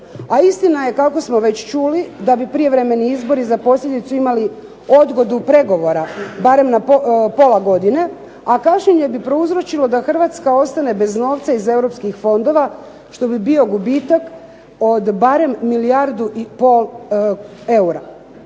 A istina je kako smo već čuli da bi prijevremeni izbori za posljedicu imali odgodu pregovora barem na pola godine a kašnjenje bi prouzročilo da Hrvatska ostane bez novca iz europskih fondova što bi bio gubitak od barem milijardu i pol eura.